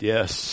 Yes